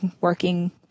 working